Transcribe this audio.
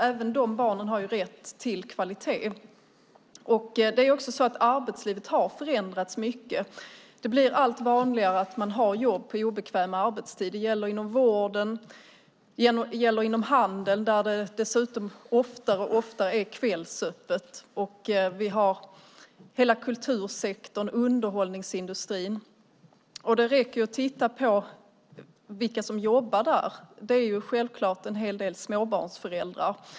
Även de barnen har ju rätt till kvalitet. Arbetslivet har förändrats mycket. Det blir allt vanligare med jobb på obekväm arbetstid. Det gäller inom vården, och det gäller inom handeln, där det dessutom allt oftare är kvällsöppet, och vi har hela kultursektorn och underhållningsindustrin. Det räcker att titta på vilka som jobbar där. Det är ju självklart en hel del småbarnsföräldrar.